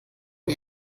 der